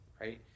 right